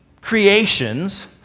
creations